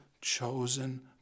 chosen